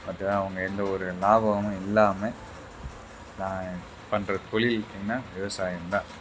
அதுதான் அவங்க எந்த ஒரு லாபமும் இல்லாமல் நா பண்ணுற தொழில் என்ன விவசாயம்தான்